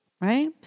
right